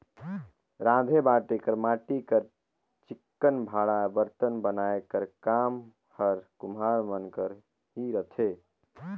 राँधे बांटे कर माटी कर चिक्कन भांड़ा बरतन बनाए कर काम हर कुम्हार मन कर ही रहथे